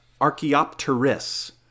Archaeopteryx